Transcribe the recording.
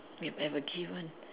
you have ever given